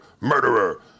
murderer